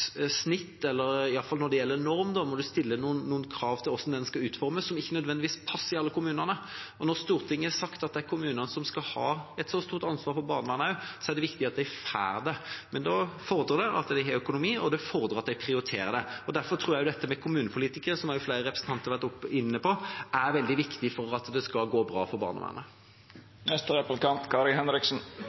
snitt, iallfall når det gjelder norm, når en stiller noen krav til hvordan den skal utformes, som ikke nødvendigvis passer i alle kommunene. Og når Stortinget har sagt at det er kommunene som skal ha et såpass stort ansvar for barnevernet, er det viktig at de får det. Men da fordrer det at de har økonomi, og det fordrer at de prioriterer det. Derfor tror jeg dette med kommunepolitikere, som flere representanter har vært inne på, er veldig viktig for at det skal gå bra for barnevernet.